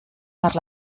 per